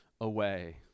away